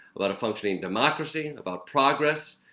about a functioning democracy, and about progress.